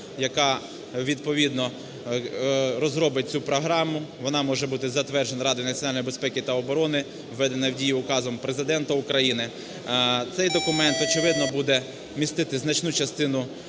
яка відповідно розробить цю програму, вона може бути затверджена Радою національної безпеки та оброни, введена в дію указом Президента України. Цей документ, очевидно, буде містити значну частину,